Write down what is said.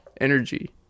Energy